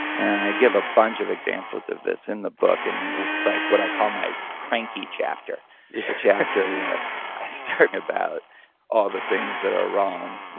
and i give a bunch of examples of this in the book, and like what i call my cranky chapter. the chapter where i start about all the things that are wrong,